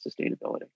sustainability